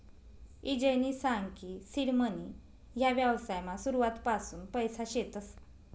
ईजयनी सांग की सीड मनी ह्या व्यवसायमा सुरुवातपासून पैसा शेतस